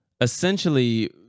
essentially